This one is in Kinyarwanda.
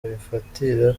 bifatira